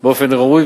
באופן ראוי,